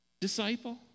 disciple